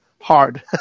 hard